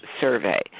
survey